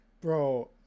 Bro